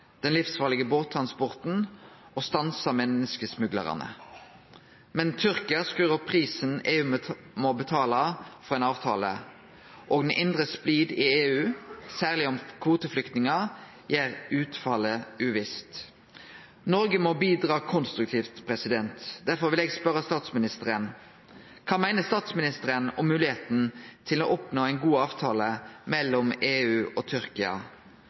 den livsfarlege båttransporten og stanse menneskesmuglarane. Men Tyrkia skrur opp prisen EU må betale for ein avtale, og den indre spliden i EU, særleg om kvoteflyktningar, gjer utfallet uvisst. Noreg må bidra konstruktivt. Derfor vil eg spørje statsministeren: Kva meiner ho om moglegheita til å oppnå ein god avtale mellom EU og Tyrkia?